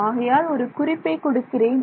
ஆகையால் ஒரு குறிப்பை கொடுக்கிறேன்